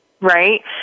Right